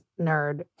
nerd